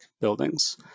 Buildings